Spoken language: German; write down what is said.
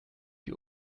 die